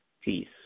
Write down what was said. peace